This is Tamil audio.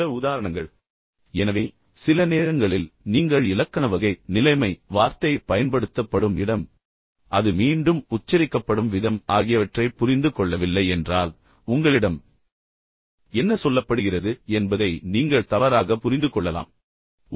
சில உதாரணங்களை இங்கு கொடுத்துள்ளேன் எனவே சில நேரங்களில் நீங்கள் இலக்கண வகை நிலைமை வார்த்தை பயன்படுத்தப்படும் இடம் அது மீண்டும் உச்சரிக்கப்படும் விதம் ஆகியவற்றைப் புரிந்து கொள்ளவில்லை என்றால் உங்களிடம் என்ன சொல்லப்படுகிறது என்பதை நீங்கள் தவறாகப் புரிந்து கொள்ளலாம் என்பதை நீங்கள் புரிந்துகொள்கிறீர்கள்